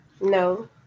No